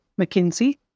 McKinsey